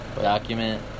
Document